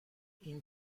اینه